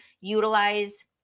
utilize